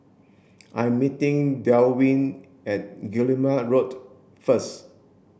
I'm meeting Delwin at Guillemard Road first